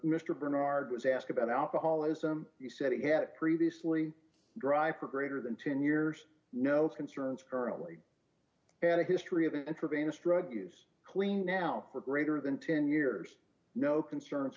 mr barnard was asked about alcoholism he said he had previously dry for greater than ten years no concerns currently had a history of intravenous drug use clean now or greater than ten years no concerns